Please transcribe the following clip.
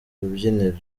rubyiniro